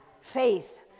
faith